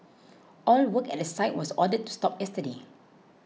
all work at the site was ordered to stop yesterday